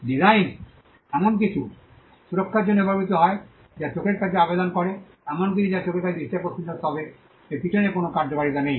ডিসাইন্স এমন কিছু সুরক্ষার জন্য ব্যবহৃত হয় যা চোখের কাছে আবেদন করে এমন কিছু যা চোখের কাছে দৃষ্টি আকর্ষণীয় তবে এর পিছনে কোনও কার্যকারিতা নেই